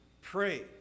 pray